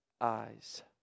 eyes